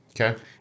Okay